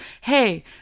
hey